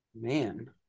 Man